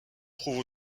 trouve